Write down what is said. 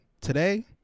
today